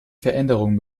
veränderung